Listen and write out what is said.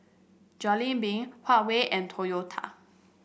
Jollibee Huawei and Toyota